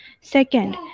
Second